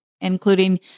including